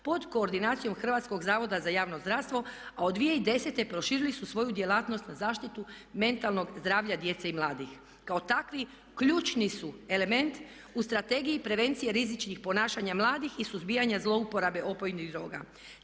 pod koordinacijom Hrvatskog zavoda za javno zdravstvo a od 2010. proširili su svoju djelatnost na zaštitu mentalnog zdravlja djece i mladih. Kao takvi ključni su element u Strategiji prevencije rizičnih ponašanja mladih i suzbijanja zlouporabe opojnih droga.